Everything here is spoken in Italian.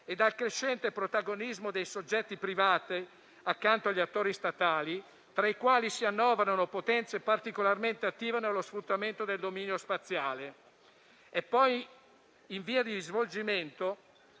e dal crescente protagonismo dei soggetti privati accanto agli attori statali, tra i quali si annoverano potenze particolarmente attive nello sfruttamento del dominio spaziale. È poi in via di svolgimento